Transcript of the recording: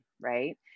right